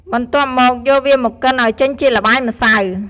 បន្ទាប់់មក យកវាមកកិនឱ្យចេញជាល្បាយម្សៅ។